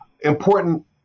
important